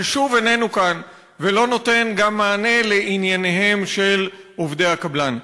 ששוב איננו כאן ולא נותן גם מענה לענייניהם של עובדי הקבלן.